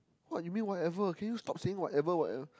what you mean whatever can you stop saying whatever whatever